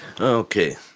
Okay